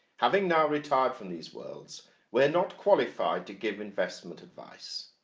having now retired from these worlds we are not qualified to give investment advice.